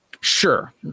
Sure